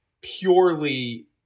purely